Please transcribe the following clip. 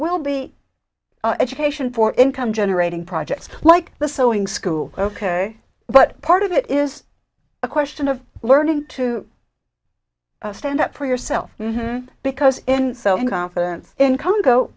will be education for income generating projects like the sewing school ok but part of it is a question of learning to stand up for yourself because in so many confidence in congo